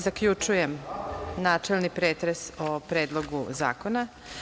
Zaključujem načelni pretres o Predlogu zakona.